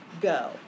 go